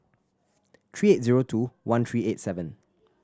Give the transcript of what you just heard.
three eight zero two one three eight seven